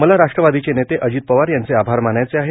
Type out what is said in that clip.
मला राष्ट्रवादीचे नेते अजित पवार यांचे आभार मानायचे आहेत